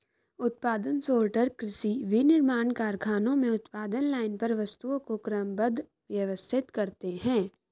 उत्पादन सॉर्टर कृषि, विनिर्माण कारखानों में उत्पादन लाइन पर वस्तुओं को क्रमबद्ध, व्यवस्थित करते हैं